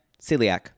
celiac